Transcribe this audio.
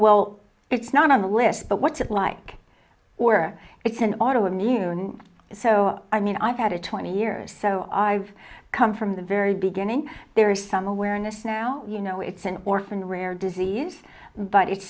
well it's not on the list but what's it like where it's an auto immune and so i mean i've had a twenty years so i've come from the very beginning there is some awareness now you know it's an orphan rare disease but it's